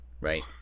right